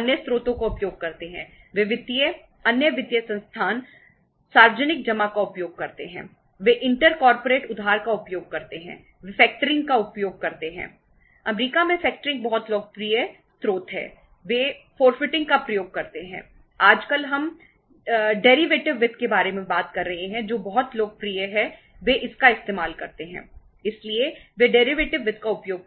America में factoring वित्त का उपयोग